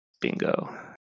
bingo